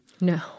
no